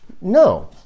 no